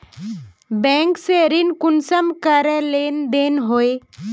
Bank से ऋण कुंसम करे लेन देन होए?